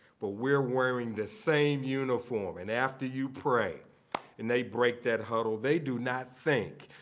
but we're wearing the same uniform. and after you pray and they break that huddle, they do not think,